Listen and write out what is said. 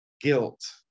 guilt